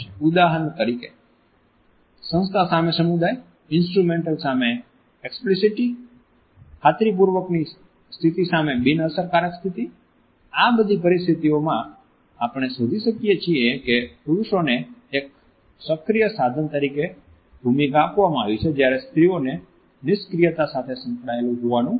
ઉદાહરણ તરીકે સંસ્થા સામે સમુદાય ઇન્સ્ટ્રુમેન્ટલ સામે એક્સ્પ્લીસીટ ખાતરીપૂર્વક ની સ્થિતિ સામે બિનઅસરકારક સ્થિતિ આ બધી પરિસ્થિતિઓમાં આપણે શોધી શકીએ છીએ કે પુરુષોને એક સક્રિય સાધન તરીકે ભૂમિકા આપવામાં આવી છે જ્યારે સ્ત્રીઓ નિષ્ક્રિયતા સાથે સંકળાયેલા હોવાનું માનવામાં આવે છે